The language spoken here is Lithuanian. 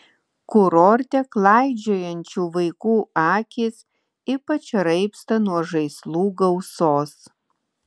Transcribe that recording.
kurorte klaidžiojančių vaikų akys ypač raibsta nuo žaislų gausos